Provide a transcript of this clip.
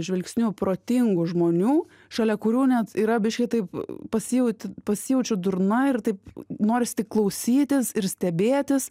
žvilgsniu protingų žmonių šalia kurių net yra biškį taip pasijauti pasijaučiu durna ir taip noris tik klausytis ir stebėtis